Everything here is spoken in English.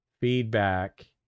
feedback